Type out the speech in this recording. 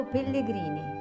Pellegrini